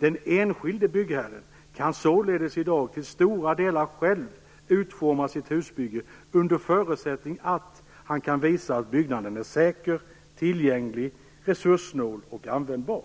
Den enskilde byggherren kan således i dag till stora delar själv utforma sitt husbygge under förutsättning att han kan visa att byggnaden är säker, tillgänglig, resurssnål och användbar.